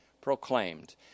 proclaimed